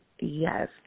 yes